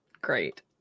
Great